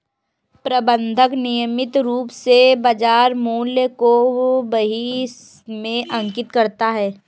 प्रबंधक नियमित रूप से बाज़ार मूल्य को बही में अंकित करता है